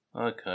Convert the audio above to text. Okay